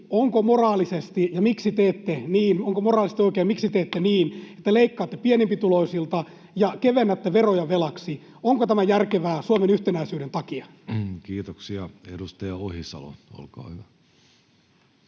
onko moraalisesti oikein ja miksi teette niin, että leikkaatte pienituloisimmilta ja kevennätte veroja velaksi? Onko tämä järkevää Suomen yhtenäisyyden takia? Kiitoksia. — Edustaja Ohisalo, olkaa hyvä.